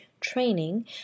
training